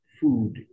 food